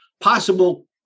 possible